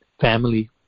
family